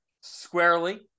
squarely